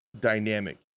dynamic